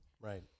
right